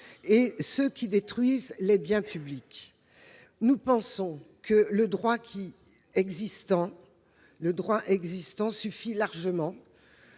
et détruire des biens publics ? Nous pensons que le droit existant suffit largement.